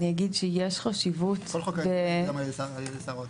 אני אגיד שיש חשיבות --- כל חוק ההסדרים מקודם על ידי שר האוצר.